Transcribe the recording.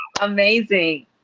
Amazing